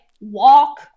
walk